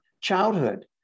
childhood